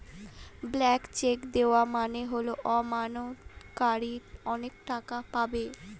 blank cheque দেওয়া মানে হল আমানতকারী অনেক টাকা পাবে